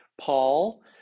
Paul